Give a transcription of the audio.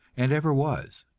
and ever was.